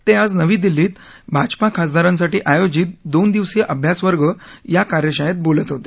ते आज नवी दिल्लीत भाजपा खासदारांसाठी आयोजित दोन दिवसीय अभ्यासवर्ग या कार्यशाळेत बोलत होते